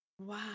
Wow